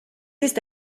ist